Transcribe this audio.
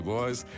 Boys